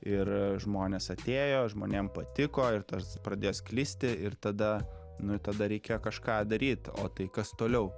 ir žmonės atėjo žmonėm patiko ir tas pradėjo sklisti ir tada nu tada reikėjo kažką daryt o tai kas toliau